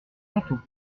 manteau